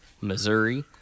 Missouri